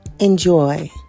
Enjoy